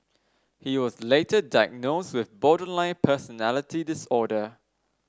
he was later diagnosed with borderline personality disorder